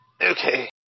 Okay